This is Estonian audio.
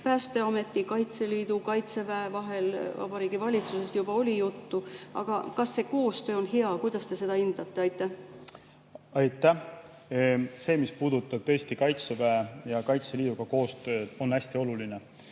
Päästeameti, Kaitseliidu ja Kaitseväe vahel? Vabariigi Valitsusest juba oli juttu. Kas see koostöö on hea? Kuidas te seda hindate? Aitäh! See, mis puudutab Kaitseväe ja Kaitseliiduga koostööd, on hästi oluline.